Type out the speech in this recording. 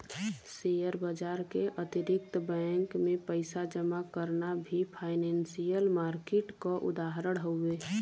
share बाजार के अतिरिक्त बैंक में पइसा जमा करना भी फाइनेंसियल मार्किट क उदाहरण हउवे